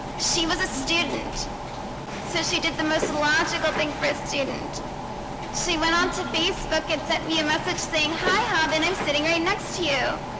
she was a student so she did the most logical thing chris didn't she went onto facebook and sent me a message saying hi um and i'm sitting right next to you